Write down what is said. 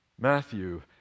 Matthew